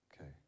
Okay